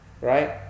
right